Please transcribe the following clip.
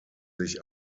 sich